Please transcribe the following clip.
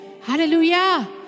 Hallelujah